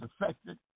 affected